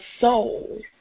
soul